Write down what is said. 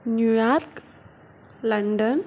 New York London